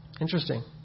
Interesting